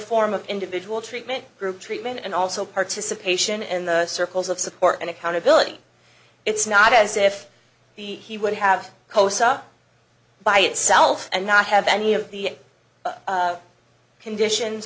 form of individual treatment group treatment and also participation in the circles of support and accountability it's not as if he would have cosa by itself and not have any of the conditions